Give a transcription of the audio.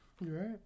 Right